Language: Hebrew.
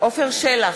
עפר שלח,